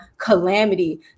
calamity